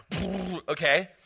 Okay